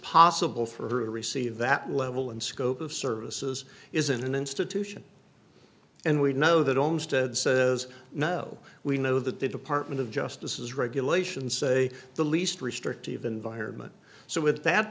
possible for a receive that level and scope of services is an institution and we know that owns to says no we know that the department of justice is regulations say the least restrictive environment so with that